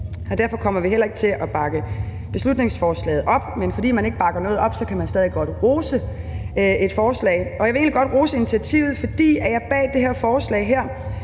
Derfor kommer vi heller ikke til at bakke beslutningsforslaget op. Men fordi man ikke bakker et forslag op, kan man stadig godt rose det, og jeg vil egentlig godt rose initiativet, fordi jeg bag det her forslag